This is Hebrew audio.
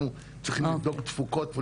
אנחנו צריכים לבדוק תפוקות.